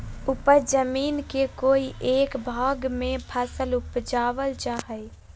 उपज जमीन के कोय एक भाग में फसल उपजाबल जा हइ